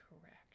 correct